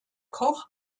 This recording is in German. koch